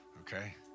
Okay